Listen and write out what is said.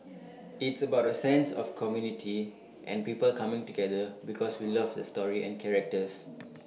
it's about A sense of community and people coming together because we love the story and characters